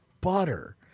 butter